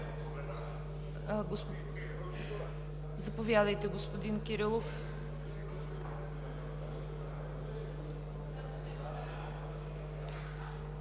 Заповядайте, господин Кирилов.